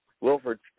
Wilford